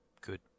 good